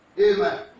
Amen